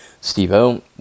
Steve-O